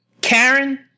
Karen